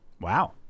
Wow